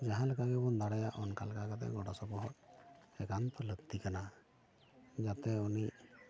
ᱡᱟᱦᱟᱸ ᱞᱮᱠᱟ ᱜᱮᱵᱚᱱ ᱫᱟᱲᱮᱭᱟᱜ ᱚᱱᱠᱟ ᱞᱮᱠᱟᱛᱮ ᱜᱚᱲᱚ ᱥᱚᱯᱚᱦᱚᱫ ᱮᱠᱟᱱᱛᱚ ᱞᱟᱹᱠᱛᱤ ᱠᱟᱱᱟ ᱡᱟᱛᱮ ᱩᱱᱤ